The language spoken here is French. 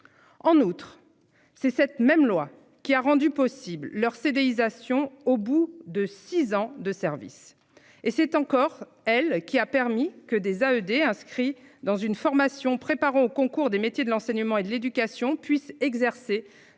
En outre, c'est cette même loi qui a rendu possible leur CDI sation au bout de six ans de service et c'est encore elle qui a permis que des ED inscrits dans une formation préparant aux concours des métiers de l'enseignement et de l'éducation puisse exercer